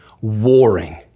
warring